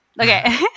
okay